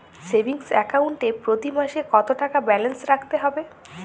Savings account এ প্রতি মাসে কতো টাকা ব্যালান্স রাখতে হবে?